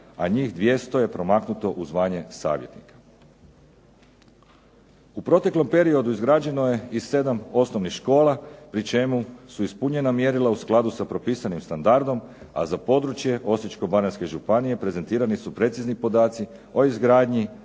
a njih 200 je promaknuto u zvanje savjetnika. U proteklom periodu izgrađeno je i 7 osnovnih škola, pri čemu su ispunjena mjerila u skladu s propisanim standardom a za područje Osječko-baranjske županije prezentirati su precizni podaci o izgradnji,